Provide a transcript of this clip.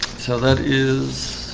so that is